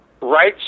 Right